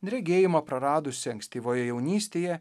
regėjimą praradusi ankstyvoje jaunystėje